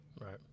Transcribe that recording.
right